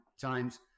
times